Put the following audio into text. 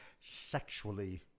sexually